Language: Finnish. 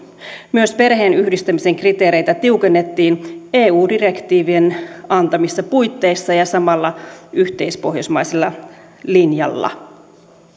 myös perheenyhdistämisen kriteereitä tiukennettiin eu direktiivin antamissa puitteissa ja samalla yhteispohjoismaisella linjalla